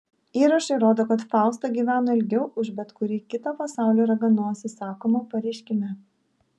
įrašai rodo kad fausta gyveno ilgiau už bet kurį kitą pasaulio raganosį sakoma pareiškime